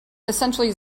essentially